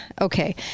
okay